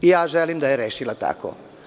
Ja želim da je rešila tako.